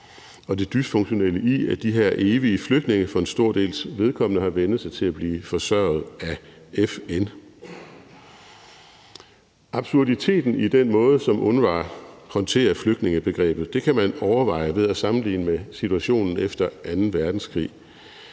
og det dysfunktionelle i, at de her evige flygtninge for en stor dels vedkommende har vænnet sig til at blive forsørget af FN. Absurditeten i den måde, som UNRWA håndterer flygtningebegrebet på, kan man overveje ved at sammenligne med situationen efter anden verdenskrig.